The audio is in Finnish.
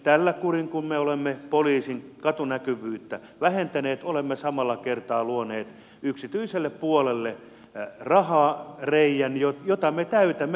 tällä kurin kun me olemme poliisin katunäkyvyyttä vähentäneet olemme samalla kertaa luoneet yksityiselle puolelle rahareiän jota me täytämme julkisin varoin